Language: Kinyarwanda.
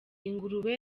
ingurube